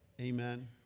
Amen